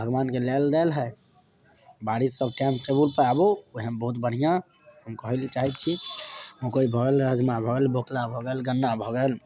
भगवानके लायल देल हइ बारिस सब टाइम टेबुल पर आबु ओहएमे बहुत बढ़िऑं हम कहय लए चाहै छी मकइ भऽ गेल राजमा भऽ गेल बोकला भऽ गेल गन्ना भऽ गेल